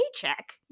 paycheck